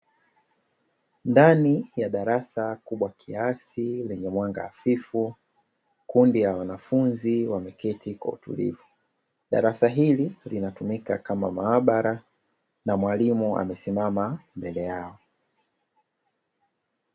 Ndani ya darasa kubwa kiasi lenye mwanga hafifu, kundi la wanafunzi wameketi kwa utulivu. Darasa hili linatumika kama maabara na mwalimu amesimama mbele yao.